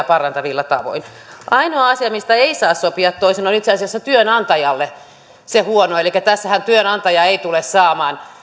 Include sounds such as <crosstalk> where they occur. <unintelligible> parantavilla tavoilla ainoa asia mistä ei saa sopia toisin on itse asiassa työnantajalle huono elikkä tässähän työnantaja ei tule saamaan